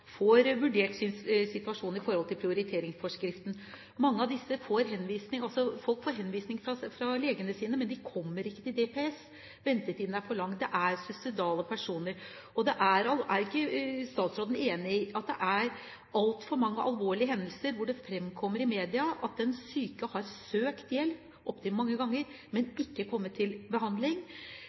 får vurdert sin situasjon i forhold til prioriteringsforskriften. Folk får henvisning fra legene sine, men de kommer ikke til DPS. Ventetiden er for lang, og det er suicidale personer. Er ikke statsråden enig i at det er altfor mange alvorlige hendelser hvor det framkommer i media at den syke har søkt hjelp opptil mange ganger, men ikke kommet til behandling?